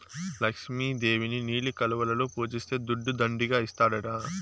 లక్ష్మి దేవిని నీలి కలువలలో పూజిస్తే దుడ్డు దండిగా ఇస్తాడట